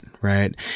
right